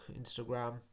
Instagram